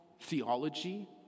theology